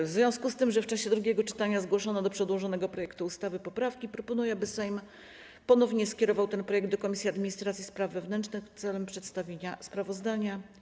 W związku z tym, że w czasie drugiego czytania zgłoszono do przedłożonego projektu ustawy poprawki, proponuję, by Sejm ponownie skierował ten projekt do Komisji Administracji i Spraw Wewnętrznych celem przedstawienia sprawozdania.